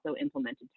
implemented